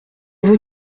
veut